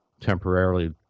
temporarily